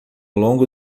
longo